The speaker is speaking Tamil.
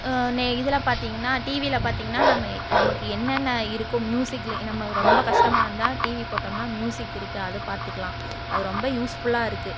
நெ இதில் பார்த்தீங்கனா டிவியில் பார்த்தீங்கனா நம்ம நமக்கு என்னென்ன இருக்கோ மியூசிக்கில் நம்ம ரொம்ப கஷ்டமாக இருந்தால் டிவி போட்டோம்னால் மியூசிக் இருக்குது அதை பார்த்துக்கலாம் அது ரொம்ப யூஸ்ஃபுல்லாக இருக்குது